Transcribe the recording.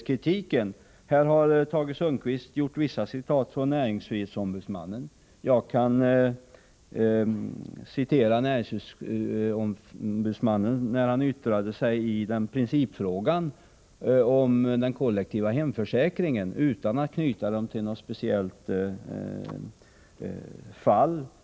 Så till frågan om myndighetskritiken. Här citerade Tage Sundkvist vad näringsfrihetsombudsmannen har sagt. Själv kan jag citera vad näringsfrihetsombudsmannen sade när han yttrade sig i principfrågan om den kollektiva hemförsäkringen utan att knyta den till något speciellt fall.